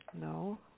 No